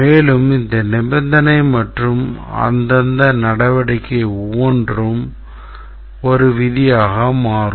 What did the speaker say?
மேலும் இந்த நிபந்தனை மற்றும் அந்தந்த நடவடிக்கை ஒவ்வொன்றும் ஒரு விதியாக மாறும்